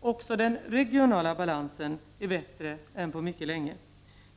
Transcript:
Också den regionala balansen är bättre än på mycket länge.